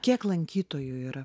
kiek lankytojų yra